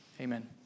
Amen